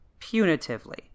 punitively